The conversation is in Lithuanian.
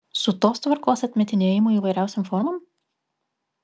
su tos tvarkos atmetinėjimu įvairiausiom formom